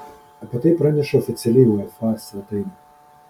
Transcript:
apie tai praneša oficiali uefa svetainė